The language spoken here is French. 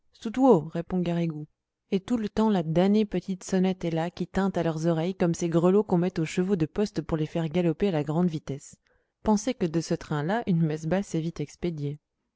garrigou et tout le temps la damnée petite sonnette est là qui tinte à leurs oreilles comme ces grelots qu'on met aux chevaux de poste pour les faire galoper à la grande vitesse pensez que de ce train-là une messe basse est vite expédiée